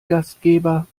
gastgeber